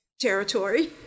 territory